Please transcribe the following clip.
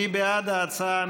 מי בעד ההצעה?